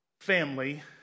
family